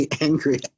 angry